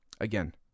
again